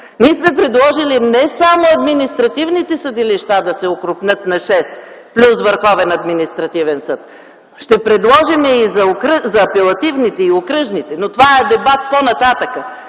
Ние сме предложили не само административните съдилища да се окрупнят на шест плюс Върховен административен съд. Ще предложим и за апелативните и окръжните. Но това е дебат за по-нататък.